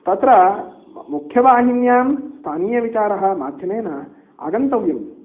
तत्र मुख्यवाहिन्यां स्थानीयविचारः माध्यमेन आगन्तव्यम्